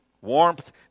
warmth